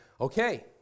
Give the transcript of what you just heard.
okay